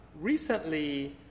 Recently